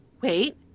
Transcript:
Wait